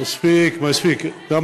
לא התנשאתי.